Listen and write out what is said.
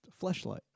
Fleshlight